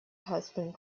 husband